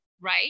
Right